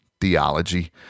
theology